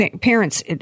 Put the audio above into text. parents